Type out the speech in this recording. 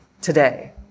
today